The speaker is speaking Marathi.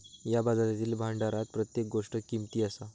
या बाजारातील भांडारात प्रत्येक गोष्ट किमती असा